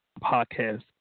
podcast